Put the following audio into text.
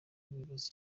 bibaza